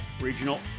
regional